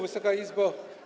Wysoka Izbo!